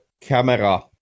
camera